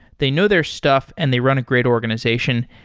they know their stuff and they run a great organization.